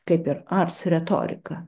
kaip ir ars retorika